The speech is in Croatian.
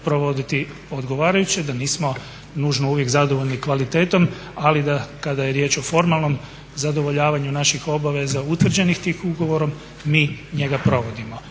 provoditi odgovarajuće, da nismo nužno uvijek zadovoljni kvalitetom ali da kada je riječ o formalnom zadovoljavanju naših obaveza utvrđenih tim ugovorom mi njega provodimo.